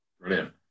brilliant